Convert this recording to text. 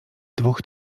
dwóch